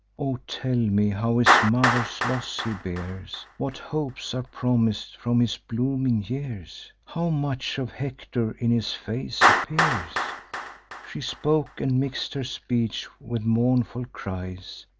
o tell me how his mother's loss he bears, what hopes are promis'd from his blooming years, how much of hector in his face appears she spoke and mix'd her speech with mournful cries,